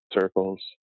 circles